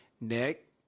Nick